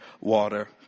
water